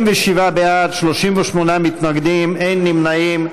47 בעד, 38 מתנגדים, אין נמנעים.